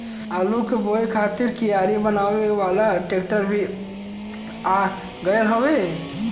आलू के बोए खातिर कियारी बनावे वाला ट्रेक्टर भी आ गयल हउवे